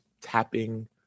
tapping